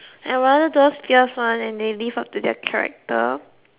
I'd rather those fierce one and they live up to their character